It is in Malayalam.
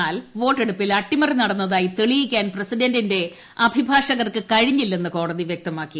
എന്നാൽ വോട്ടെടുപ്പിൽ അട്ടിമറി നടന്നതായി തെളിയിക്കാൻ പ്രസിഡന്റിന്റെ അഭിഭാഷകർക്ക് കഴിഞ്ഞില്ലെന്ന് കോടതി വ്യക്തമാക്കി